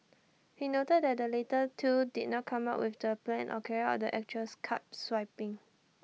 he noted that the latter two did not come up with the plan or carry out the actual card swapping